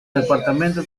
departamento